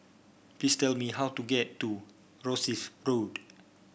please tell me how to get to Rosyth Road